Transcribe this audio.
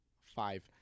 Five